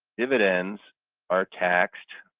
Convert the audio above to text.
dividends are taxed